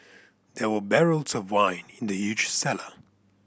there were barrels of wine in the cellar